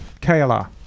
KLR